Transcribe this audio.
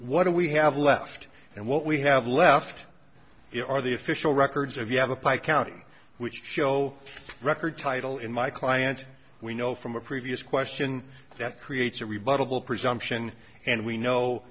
what do we have left and what we have left here are the official records of you have a pike county which show record title in my client we know from a previous question that creates a rebuttable presumption and we know